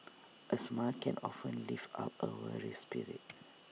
A smile can often lift up A weary spirit